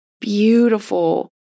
beautiful